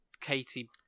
Katie